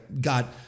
Got